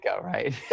right